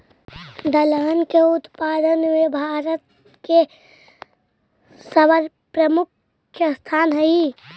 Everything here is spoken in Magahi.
दलहन के उत्पादन में भारत के सर्वप्रमुख स्थान हइ